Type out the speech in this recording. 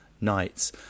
nights